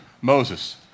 Moses